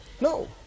No